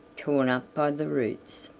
torn up by the roots.